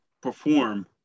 perform